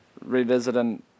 revisiting